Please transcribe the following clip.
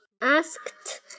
asked